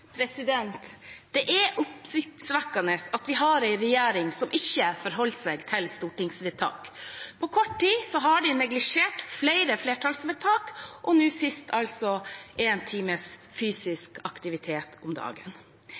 at vi har en regjering som ikke forholder seg til stortingsvedtak. På kort tid har de neglisjert flere flertallsvedtak – og nå sist én times fysisk aktivitet om dagen.